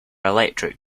electric